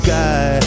Sky